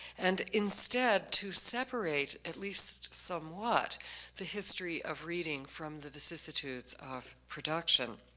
and instead to separate at least somewhat the history of reading from the vicissitudes of production.